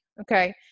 Okay